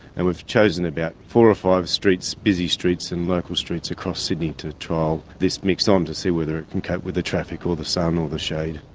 and we've chosen about four or five streets, busy streets and local streets across sydney to trial this mix on to see whether it can cope with the traffic or the sun or the shade.